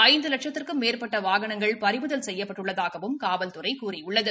ஐந்து லட்சத்திற்கும் மேற்பட்ட வாகனங்கள் பறிமுதல் செய்யப்பட்டுள்ளதாகவும் காவல்துறை கூறியுள்ளது